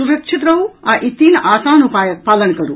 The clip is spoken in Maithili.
सुरक्षित रहू आ ई तीन आसान उपायक पालन करू